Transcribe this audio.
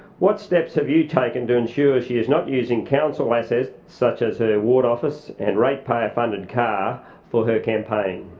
what steps have you taken to ensure she is not using council assets such as her ward office and rate payer funded car for her campaign?